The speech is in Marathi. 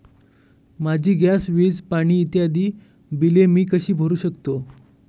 माझी गॅस, वीज, पाणी इत्यादि बिले मी कशी भरु शकतो?